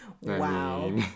wow